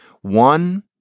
one